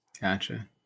Gotcha